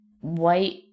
white